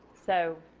so